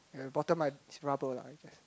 you have the bottom it's rubber lah I guess